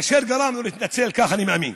אשר גרם לו להתנצל, כך אני מאמין.